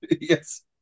Yes